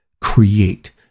create